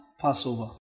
Passover